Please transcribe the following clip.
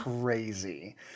crazy